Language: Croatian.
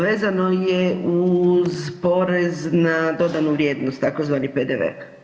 Vezano je uz porez na dodanu vrijednost, tzv. PDV.